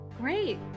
Great